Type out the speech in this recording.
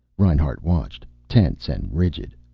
reinhart watched, tense and rigid.